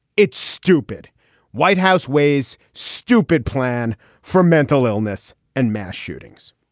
it's stupid white house ways stupid plan for mental illness and mass shootings